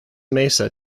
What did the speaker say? mesa